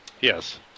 Yes